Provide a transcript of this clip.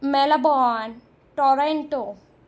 Melbourne Toronto